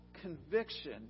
conviction